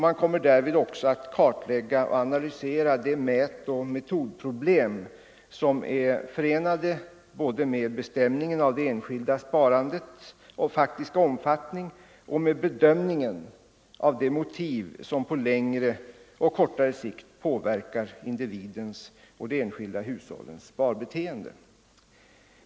Man kommer därvid också att kartlägga och analysera de mätoch metodproblem som är förenade både med bestämningen av det enskilda sparandets faktiska omfattning och med bedömningen av de motiv som på längre och kortare sikt påverkar individens och de enskilda hushållens sparbeteende.